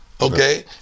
okay